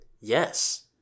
yes